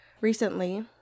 Recently